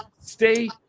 Stay